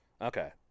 Okay